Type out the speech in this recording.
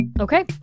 Okay